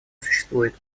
существует